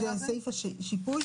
זה סעיף השיפוי,